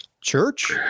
church